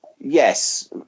Yes